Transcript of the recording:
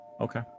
Okay